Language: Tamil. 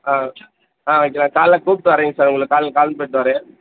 ஆ ஆ வைக்கிறேன் காலையில் கூப்பிட்டு வரேங்க சார் உங்களுக்கு கால் கால் பண்ணிட்டு வரேன்